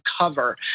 cover